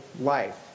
life